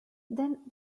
then